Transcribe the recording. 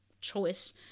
choice